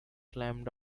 climbed